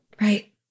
Right